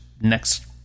next